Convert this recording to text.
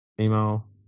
Email